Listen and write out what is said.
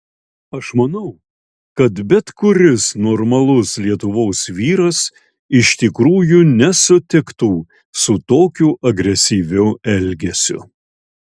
aš manau kad bet kuris normalus lietuvos vyras iš tikrųjų nesutiktų su tokiu agresyviu elgesiu